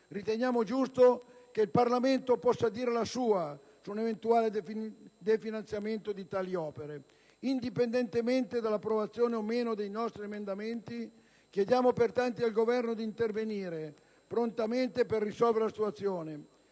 riteniamo giusto che il Parlamento possa dire la sua su un eventuale definanziamento di tali opere. Indipendentemente dall'approvazione o meno dei nostri emendamenti, chiediamo pertanto al Governo di intervenire prontamente per risolvere la situazione,